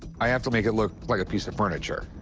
i have to make it look like a piece of furniture.